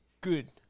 good